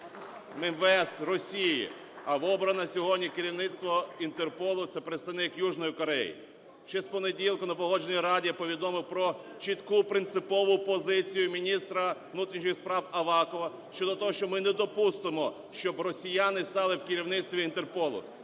МВС Росії, а обране сьогодні керівництво Інтерполу – це представникЮжної Кореї. Ще з понеділка на Погоджувальній раді я повідомив про чітку принципову позицію міністра внутрішніх справАвакова щодо того, що ми не допустимо, щоб росіяни стали в керівництві Інтерполу.